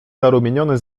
zarumieniony